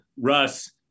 Russ